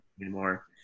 anymore